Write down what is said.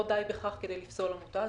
לא די בכך כדי לפסול עמותה,